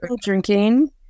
drinking